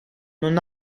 non